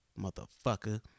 motherfucker